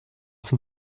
zum